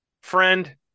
friend